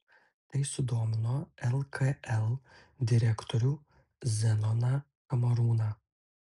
tai sudomino lkl direktorių zenoną kamarūną